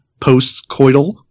post-coital